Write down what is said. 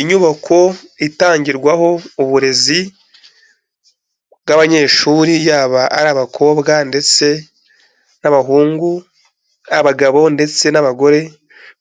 Inyubako itangirwaho uburezi bw'abanyeshuri, yaba ari abakobwa ndetse n'abahungu, abagabo ndetse n'abagore